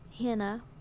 Hannah